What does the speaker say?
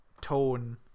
tone